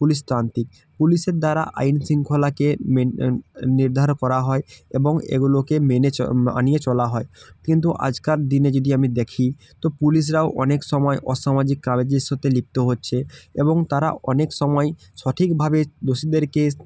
পুলিশতান্তিক পুলিশের দ্বারা আইন শৃঙ্খলাকে মেনে নির্ধার করা হয় এবং এগুলোকে মেনে চ মানিয়ে চলা হয় কিন্তু আজকার দিনে যদি আমি দেখি তো পুলিশরাও অনেক সময় অসামাজিক কাজের সাতে লিপ্ত হচ্ছে এবং তারা অনেক সময় সঠিকভাবে দোষীদেরকে